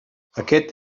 aquest